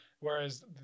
Whereas